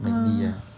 Maggi ah